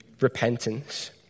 repentance